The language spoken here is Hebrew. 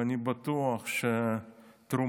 ואני בטוח שתרומתך,